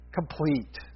complete